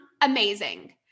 amazing